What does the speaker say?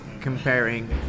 comparing